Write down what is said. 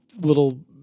little